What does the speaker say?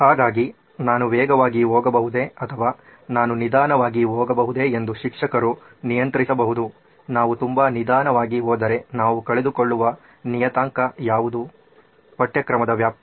ಹಾಗಾಗಿ ನಾನು ವೇಗವಾಗಿ ಹೋಗಬಹುದೇ ಅಥವಾ ನಾನು ನಿಧಾನವಾಗಿ ಹೋಗಬಹುದೇ ಎಂದು ಶಿಕ್ಷಕನು ನಿಯಂತ್ರಿಸಬಹುದು ನಾವು ತುಂಬಾ ನಿಧಾನವಾಗಿ ಹೋದರೆ ನಾವು ಕಳೆದುಕೊಳ್ಳುವ ನಿಯತಾಂಕ ಯಾವುದು ಪಠ್ಯಕ್ರಮದ ವ್ಯಾಪ್ತಿ